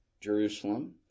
Jerusalem